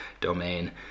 domain